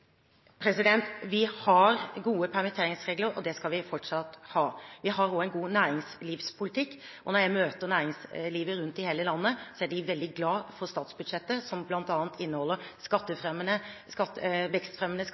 Vi har gode permitteringsregler, og det skal vi fortsatt ha. Vi har også en god næringslivspolitikk. Når jeg møter næringslivet rundt omkring i hele landet, er de veldig glade for statsbudsjettet, som bl.a. inneholder